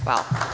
Hvala.